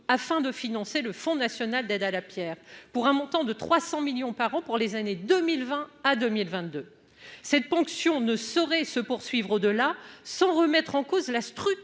afin de financer le Fonds national d'aide à la Pierre, pour un montant de 300 millions par an pour les années 2020 à 2022 cette ponction ne saurait se poursuivre au-delà sans remettre en cause la structure